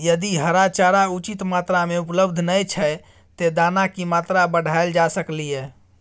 यदि हरा चारा उचित मात्रा में उपलब्ध नय छै ते दाना की मात्रा बढायल जा सकलिए?